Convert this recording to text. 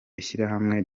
ishyirahamwe